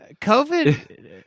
COVID